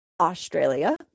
Australia